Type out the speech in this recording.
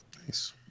Nice